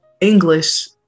English